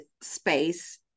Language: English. space